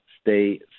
stay